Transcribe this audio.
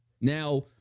Now